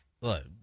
Look